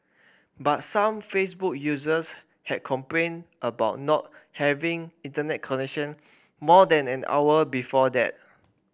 but some Facebook users had complained about not having Internet connection more than an hour before that